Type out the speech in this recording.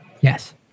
Yes